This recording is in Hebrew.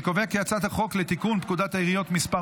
אני קובע כי הצעת החוק לתיקון פקודת העיריות (מס'